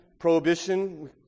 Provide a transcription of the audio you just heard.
Prohibition